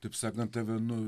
taip sakant tave nu